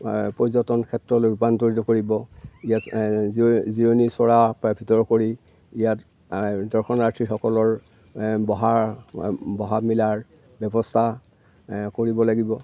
পৰ্যটন ক্ষেত্ৰলৈ ৰূপান্তৰিত কৰিব ইয়াত জিৰণি চৰা প্ৰাইভেটৰ কৰি ইয়াত দৰ্শনাৰ্থীসকলৰ বহাৰ বহা মেলাৰ ব্যৱস্থা কৰিব লাগিব